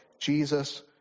Jesus